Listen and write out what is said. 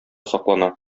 саклана